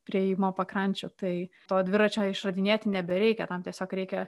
priėjimo pakrančių tai to dviračio išradinėti nebereikia tam tiesiog reikia